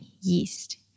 yeast